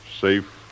safe